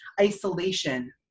isolation